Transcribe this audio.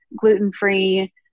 gluten-free